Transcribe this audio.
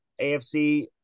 afc